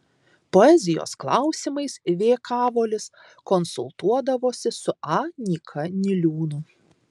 poezijos klausimais v kavolis konsultuodavosi su a nyka niliūnu